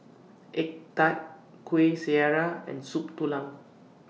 Egg Tart Kuih Syara and Soup Tulang